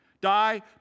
Die